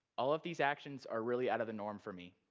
all of these actions are really out of the norm for me.